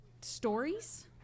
stories